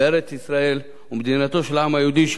בארץ-ישראל ובמדינתו של העם היהודי,